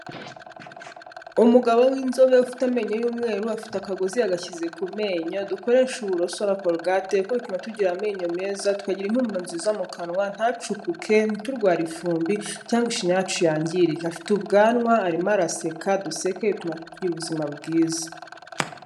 Umugabo w'inzobe ufite amenyo y'umweru afite akagozi yagashyize ku menyo, dukoreshe uburoso na korogate kuko bituma tugira amenyo meza, tukagira impumuro nziza mu kanwa, ntacukuke, ntiturware ifumbi cyangwa ishinya yacu yangirike, afite ubwanwa arimo araseka duseke bituma tugira ubuzima bwiza.